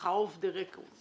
ככה אוף דה רקורד.